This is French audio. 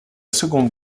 seconde